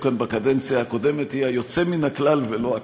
כאן בקדנציה הקודמת היא היוצא מן הכלל ולא הכלל.